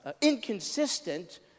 inconsistent